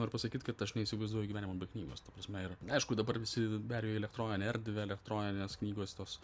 noriu pasakyt kad aš neįsivaizduoju gyvenimo be knygos ta prasme ir aišku dabar visi perėjo į elektroninę erdvę elektroninės knygos tos